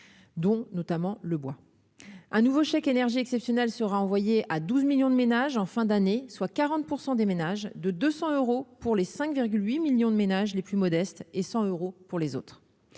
dont notamment le bois un nouveau chèque énergie exceptionnel sera envoyé à 12 millions de ménages en fin d'année, soit 40 % des ménages de 200 euros pour les 5 8 millions de ménages les plus modestes et 100 euros pour les autres,